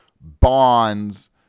bonds